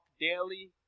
daily